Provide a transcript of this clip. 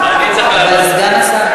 אבל סגן השר אתנו.